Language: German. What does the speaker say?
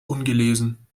ungelesen